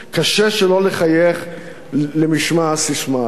קשה שלא לחייך למשמע הססמה הזאת.